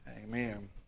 Amen